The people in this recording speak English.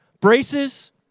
Braces